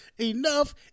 enough